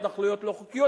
כל ההתנחלויות לא-חוקיות,